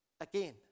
again